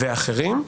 ואחרים,